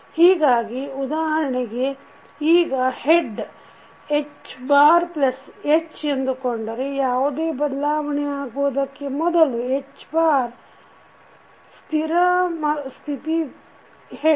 ಹೀಗಾಗಿ ಉದಾಹರಣೆಗೆ ಈಗ ತಲೆ Hh ಎಂದುಕೊಂಡರೆ ಯಾವುದೇ ಬದಲಾವಣೆ ಆಗುವುದಕ್ಕೆ ಮೊದಲು H ಸ್ಥಿರ ಸ್ಥಿತಿ ತಲೆ